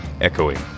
echoing